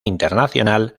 internacional